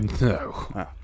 No